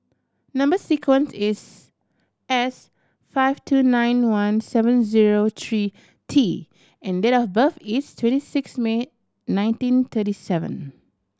number sequence is S five two nine one seven zero three T and date of birth is twenty six May nineteen thirty seven